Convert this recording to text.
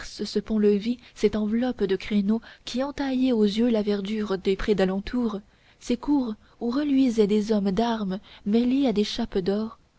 ce pont-levis cette enveloppe de créneaux qui entaillait aux yeux la verdure des prés d'alentour ces cours où reluisaient des hommes d'armes mêlés à des chapes d'or